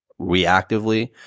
reactively